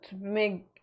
make